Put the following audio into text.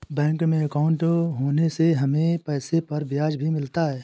bank में अंकाउट होने से हमें अपने पैसे पर ब्याज भी मिलता है